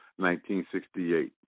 1968